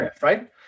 Right